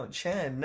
Chen